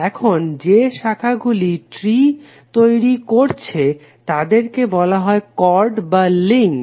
এখন যে শাখাগুলি ট্রি তৈরি করছে তাদেরকে বলা হয় কর্ড বা লিংক